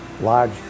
large